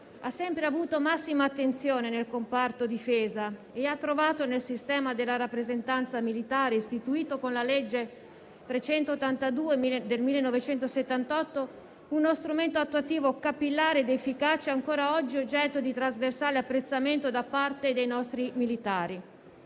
ha sempre avuto massima attenzione nel comparto difesa e ha trovato nel sistema della rappresentanza militare, istituito con la legge n. 382 del 1978, uno strumento attuativo capillare ed efficace ancora oggi oggetto di trasversale apprezzamento da parte dei nostri militari.